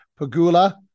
pagula